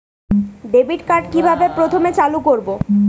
Debit card কিভাবে প্রথমে চালু করব?